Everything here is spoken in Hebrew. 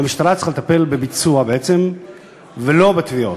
והמשטרה צריכה לטפל בביצוע בעצם ולא בתביעות.